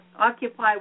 Occupy